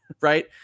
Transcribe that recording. right